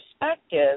perspective